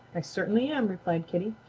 i certainly am, replied kitty.